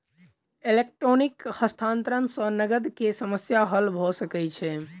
electronic हस्तांतरण सॅ नकद के समस्या हल भ सकै छै